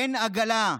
אין עגלה.